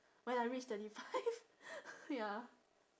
when I reach thirty five ya